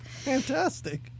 Fantastic